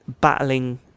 battling